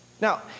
Now